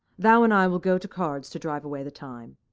thou and i will go to cards to drive away the time.